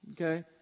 Okay